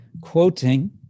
quoting